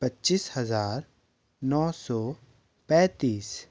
पचीस हजार नौ सौ पैंतीस